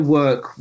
work